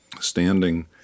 standing